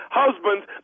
husbands